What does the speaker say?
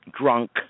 drunk